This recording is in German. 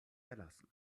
erlassen